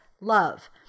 love